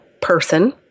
person